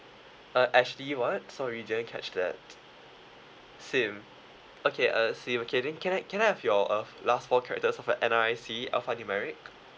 uh ashley what sorry didn't catch that sim okay uh sim okay then can I can I have your uh last four characters of your N_R_I_C alphanumeric